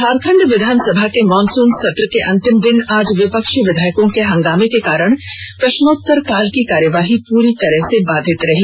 झारखंड विधानसभा के मॉनसून सत्र के अंतिम दिन आज विपक्षी विधायकों के हंगामे के कारण प्रश्नोत्तर काल की कार्यवाही पूरी तरह से बाधित रही